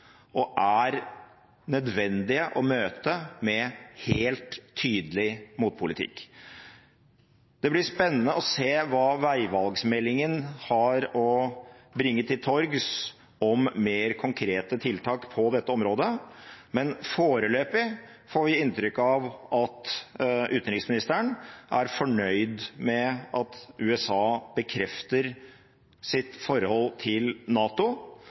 og det er nødvendig å møte dem med en helt tydelig motpolitikk. Det blir spennende å se hva veivalgsmeldingen har å bringe til torgs om mer konkrete tiltak på dette området, men foreløpig får vi inntrykk av at utenriksministeren er fornøyd med at USA bekrefter sitt forhold til NATO,